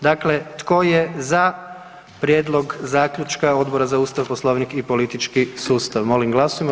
Dakle, tko je za prijedlog zaključka Odbora za ustav, poslovnik i politički sustav, molim glasujmo.